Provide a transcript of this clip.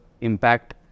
impact